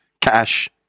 Cash